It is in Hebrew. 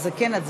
אז זו כן הצבעה.